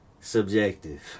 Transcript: subjective